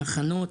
הכנות.